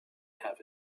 have